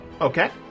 Okay